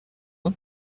nom